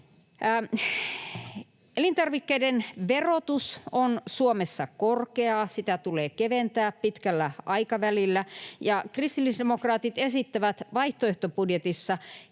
Elintarvikkeiden verotus on Suomessa korkeaa, ja sitä tulee keventää pitkällä aikavälillä. Kristillisdemokraatit esittävät vaihtoehtobudjetissa